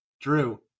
Drew